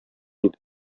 иде